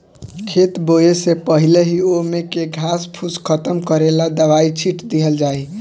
खेत बोवे से पहिले ही ओमे के घास फूस खतम करेला दवाई छिट दिहल जाइ